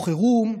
או חירום,